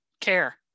Care